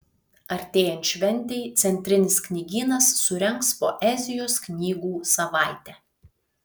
artėjant šventei centrinis knygynas surengs poezijos knygų savaitę